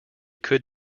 could